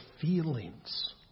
feelings